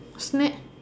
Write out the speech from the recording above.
snake